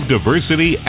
Diversity